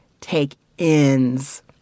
take-ins